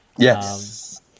Yes